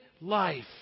life